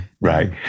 Right